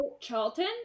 Charlton